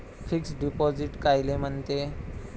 Fix deposit कायले म्हनते?